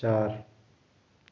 चार